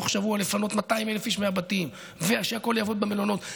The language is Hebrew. תוך שבוע לפנות 200,000 איש מהבתים ולראות שהכול יעבוד במלונות.